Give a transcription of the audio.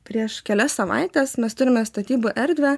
prieš kelias savaites mes turime statybų erdvę